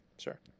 Sure